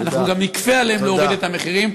אנחנו גם נכפה עליהם להוריד את המחירים.